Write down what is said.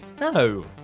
No